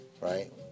right